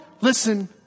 listen